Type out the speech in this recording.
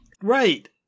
Right